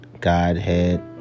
Godhead